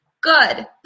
Good